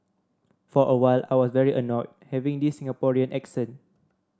for a while I was very annoyed having this Singaporean accent